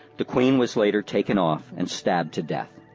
the queen was later taken off and stabbed to death.